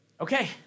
Okay